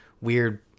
weird